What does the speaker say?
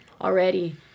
already